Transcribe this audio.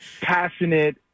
passionate